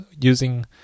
using